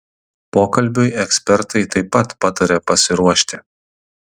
pokalbiui ekspertai taip pat pataria pasiruošti